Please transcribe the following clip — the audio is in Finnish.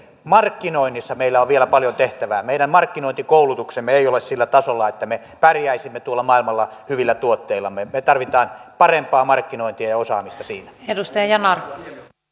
markkinoinnissa meillä on vielä paljon tehtävää meidän markkinointikoulutuksemme ei ole sillä tasolla että me pärjäisimme tuolla maailmalla hyvillä tuotteillamme me me tarvitsemme parempaa markkinointia ja osaamista siinä arvoisa